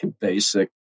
basic